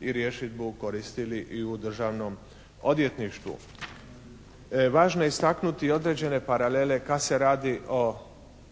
i rješidbu koristili i u Državnom odvjetništvu. Važno je istaknuti i određene paralele kada se radi o